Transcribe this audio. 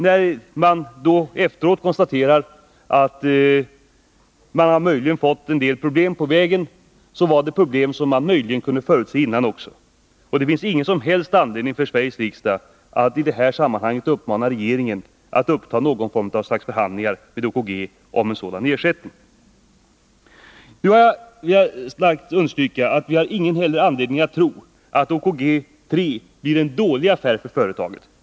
När företaget efteråt såg att man fått en del problem på vägen måste man konstatera att det var problem som företaget haft möjlighet att slippa från. Det finns ingen som helst anledning för Sveriges riksdag att i det här sammanhanget uppmana regeringen att uppta någon form av förhandling med OKG om ersättning. Jag vill starkt understryka att vi inte heller har någon anledning att tro att OKG blir en dålig affär för företaget.